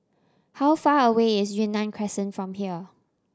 how far away is Yunnan Crescent from here